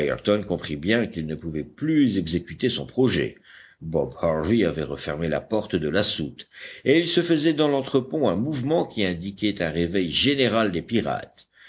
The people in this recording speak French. comprit bien qu'il ne pouvait plus exécuter son projet bob harvey avait refermé la porte de la soute et il se faisait dans lentre pont un mouvement qui indiquait un réveil général des pirates